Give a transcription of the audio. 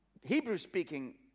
Hebrew-speaking